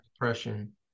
depression